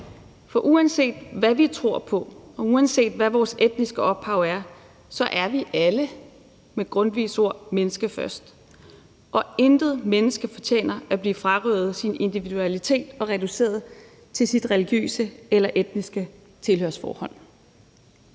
For uanset hvad vi tror på, og uanset hvad vores etniske ophav er, er vi alle med Grundtvigs ord mennesker først, og intet menneske fortjener at blive frarøvet sin individualitet og reduceret til sit religiøse eller etniske tilhørsforhold.